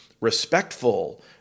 respectful